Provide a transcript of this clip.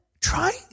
try